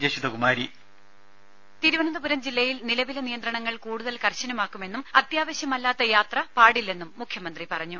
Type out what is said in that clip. രുദ തിരുവനന്തപുരം ജില്ലയിൽ നിലവിലെ നിയന്ത്രണങ്ങൾ കൂടുതൽ കർശനമാക്കുമെന്നും അത്യാവശ്യമല്ലാത്ത യാത്ര പാടില്ലെന്നും മുഖ്യമന്ത്രി പറഞ്ഞു